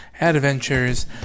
adventures